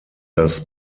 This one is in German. das